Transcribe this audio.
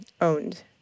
owned